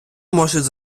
можуть